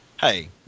hey